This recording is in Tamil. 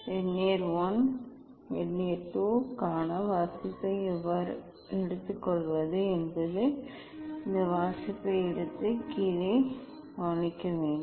வெர்னியர் I மற்றும் வெர்னியர் II க்கான வாசிப்பை எவ்வாறு எடுத்துக்கொள்வது என்பது இந்த வாசிப்பை எடுத்து கீழே கவனிக்க வேண்டும்